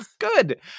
Good